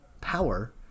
power